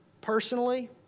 Personally